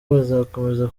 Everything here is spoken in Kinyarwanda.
bazakomeza